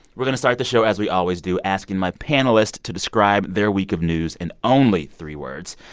we're going to start the show as we always do asking my panelists to describe their week of news in only three words.